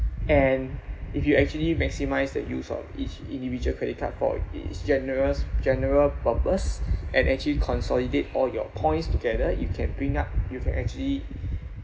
and if you've actually maximise the use of each individual credit card for it it's generous general purpose and actually consolidate all your points together you can bring up you can actually